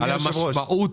אדוני היושב-ראש,